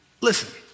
Listen